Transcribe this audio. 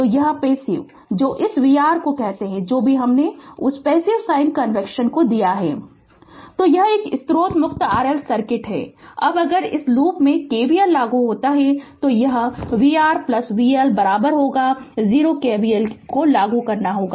तो वह पैसिव जो इस vR को कहते हैं जो भी हमने उस पैसिव साइन कन्वेंशन को लिया है Refer Slide Time 0728 तो यह एक स्रोत मुक्त RL सर्किट है अब अगर इस लूप में KVL लागू होता है तो यह vR vL 0 KVL लागू होगा